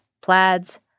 plaids